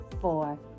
four